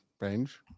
range